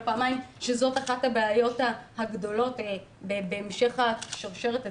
פעמיים שזו אחת הבעיות הגדולות בהמשך שרשרת הטפול,